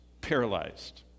paralyzed